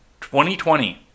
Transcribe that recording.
2020